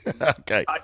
Okay